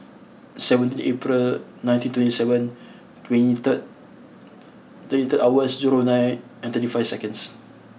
seventeen April nineteen twenty seven twenty third twenty third hours zero nine and thirty five seconds